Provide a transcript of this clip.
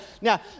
Now